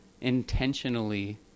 intentionally